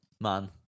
Man